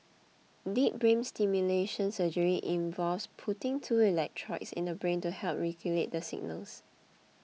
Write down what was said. deep brain stimulation surgery involves putting two electrodes in the brain to help regulate the signals